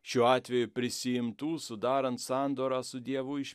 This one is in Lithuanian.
šiuo atveju prisiimtų sudarant sandorą su dievu iš